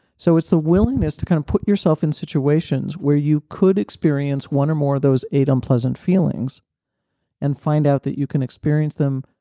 so it's the willingness to kind of put yourself in situations where you could experience one or more of those eight unpleasant feelings and find out that you can experience them,